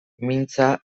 mintza